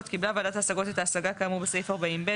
41. קיבלה ועדת ההשגות את ההשגה כאמור בסעיף 40(ב),